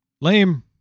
lame